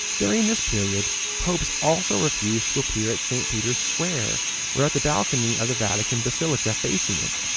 during this period, popes also refused to appear at saint peter's square or at the balcony of the vatican basilica facing it,